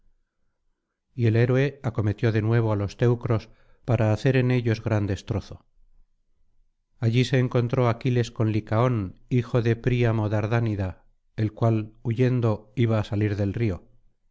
y el héroe acometió de nuevo á los teucros para hacer en ellos gran destrozo allí se encontró aquiles con licaón hijo de príamo dardánida el cual huyendo iba á salir del río